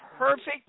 Perfect